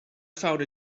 found